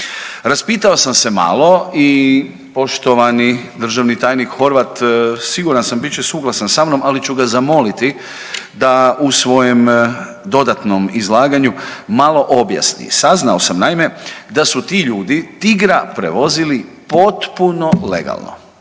Raspitao sam se malo i poštovani državni tajnik Horvat siguran sam bit će suglasan sa mnom, ali ću ga zamoliti da u svojem dodatnom izlaganju malo objasni. Saznao sam naime da su ti ljudi tigra prevozili potpuno legalno.